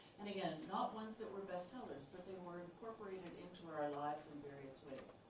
and again, not ones that were bestsellers, but they were incorporated into our and lives in various ways.